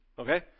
Okay